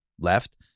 left